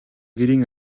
гэрийн